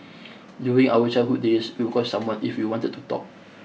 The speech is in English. during our childhood days we would call someone if we wanted to talk